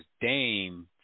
Dame